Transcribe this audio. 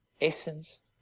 essence